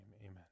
Amen